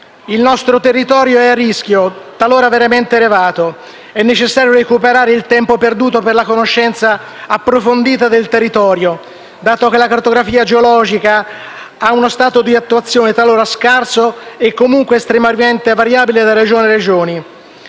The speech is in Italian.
Il nostro territorio è a rischio, talora a rischio veramente elevato. È necessario recuperare il tempo perduto per la conoscenza approfondita del territorio dato che la cartografia geologica ha uno stato di attuazione talora scarso e, comunque, estremamente variabile da Regione a Regione.